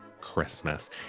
Christmas